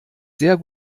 sehr